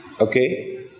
Okay